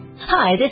Hi